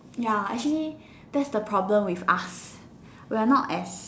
ya actually that is the problem with us we are not as